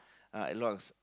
uh a loss